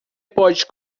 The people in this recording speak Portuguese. pode